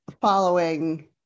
following